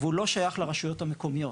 ולא שייך לרשויות המקומיות.